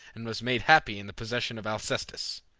and was made happy in the possession of alcestis.